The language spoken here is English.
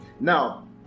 Now